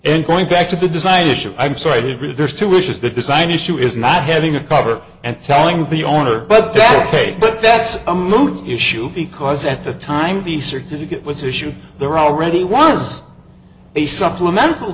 and going back to the design issue i'm sorry there's two issues the design issue is not having a cover and telling be owner but that's ok but that's a moot issue because at the time the certificate was issued there already was a supplemental